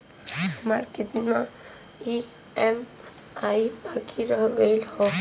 हमार कितना ई ई.एम.आई बाकी रह गइल हौ?